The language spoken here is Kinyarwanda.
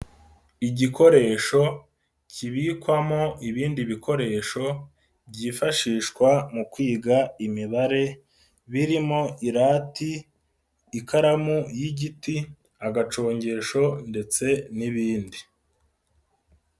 Igikoresho kibikwamo ibindi bikoresho byifashishwa mu kwiga Imibare birimo: irati, ikaramu y'igiti, agacongesho ndetse n'ibindi.